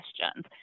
questions